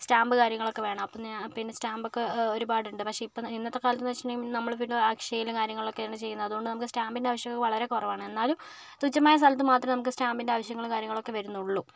stamp കാര്യങ്ങളൊക്കെ വേണം അപ്പന്ന് പിന്നെ സ്റ്റാമ്പൊക്കെ ഒരുപാടുണ്ട് പക്ഷെ ഇപ്പം ഇന്നത്തെ കാലത്തെന്ന് വച്ചിട്ടുണ്ടെങ്കിൽ നമ്മള് പിന്നെ അക്ഷയില് കാര്യങ്ങളിലൊക്കെന്ന് ചെയ്യുന്നത് അതുകൊണ്ട് നമുക്ക് സ്റ്റാമ്പിൻ്റെ ആവശ്യം വളരെ കുറവാണ് എന്നാലും തുച്ഛമായ സ്ഥലത്ത് മാത്രം നമുക്ക് സ്റ്റാമ്പിൻ്റെ ആവശ്യങ്ങള് കാര്യങ്ങളൊക്കെ വരുന്നുള്ളൂ